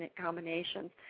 combinations